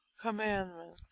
commandment